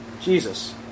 Jesus